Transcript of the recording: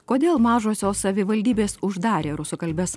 kodėl mažosios savivaldybės uždarė rusakalbes